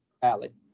valid